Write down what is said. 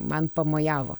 man pamojavo